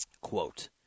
Quote